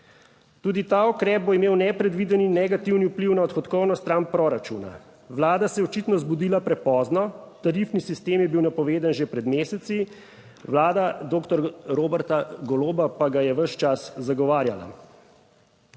Tudi ta ukrep bo imel nepredviden in negativni vpliv na odhodkovno stran proračuna. Vlada se je očitno zbudila prepozno, tarifni sistem je bil napovedan že pred meseci, vlada doktorja Roberta Goloba pa ga je ves čas zagovarjala.